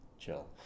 chill